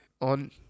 on